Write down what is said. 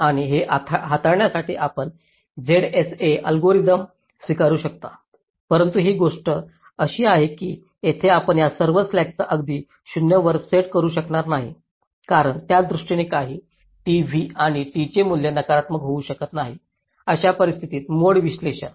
आणि हे हाताळण्यासाठी आपण ZSA अल्गोरिदम स्वीकारू शकता परंतु ही गोष्ट अशी आहे की येथे आपण या सर्व स्लॅकला अगदी 0 वर सेट करू शकणार नाही कारण त्या दृष्टीने काही t v आणि t चे मूल्य नकारात्मक होऊ शकत नाही अशा परिस्थितीत मोड विश्लेषण